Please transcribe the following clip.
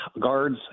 guards